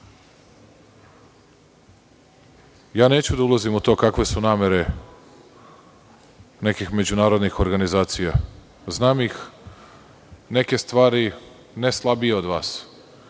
njega. Neću da ulazim u to kakve su namere nekih međunarodnih organizacija. Znam ih, neke stvari, ne slabije od vas,